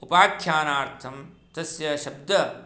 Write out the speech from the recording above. उपाख्यानार्थं तस्य शब्द